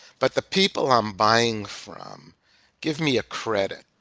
but the people i'm buying from give me a credit.